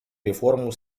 реформу